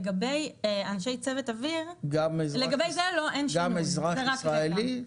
לגבי אנשי צוות אוויר --- גם לגבי אזרח ישראלי?